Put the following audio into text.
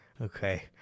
okay